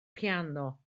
piano